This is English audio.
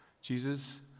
Jesus